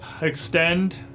extend